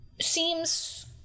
seems